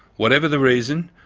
whatever the reason,